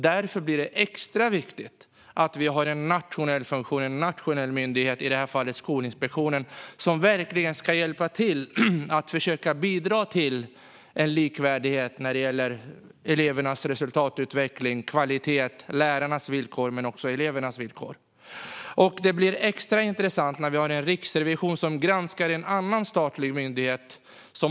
Därför blir det extra viktigt att det finns en nationell funktion, en nationell myndighet, i det här fallet Skolinspektionen, som verkligen ska hjälpa till att försöka bidra till likvärdighet när det gäller elevernas resultatutveckling, kvalitet, lärarnas villkor och elevernas villkor. Det blir extra intressant när Riksrevisionen granskar en annan statlig myndighet.